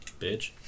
bitch